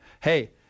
hey